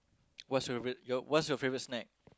what's your what's your favorite snack